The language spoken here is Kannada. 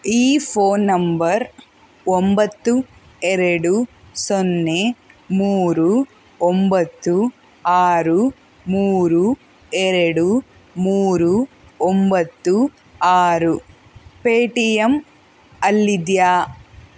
ಈ ಫೋನ್ ನಂಬರ್ ಒಂಬತ್ತು ಎರಡು ಸೊನ್ನೆ ಮೂರು ಒಂಬತ್ತು ಆರು ಮೂರು ಎರಡು ಮೂರು ಒಂಬತ್ತು ಆರು ಪೇಟಿಎಮ್ ಅಲ್ಲಿದೆಯಾ